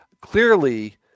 clearly